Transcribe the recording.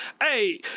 Hey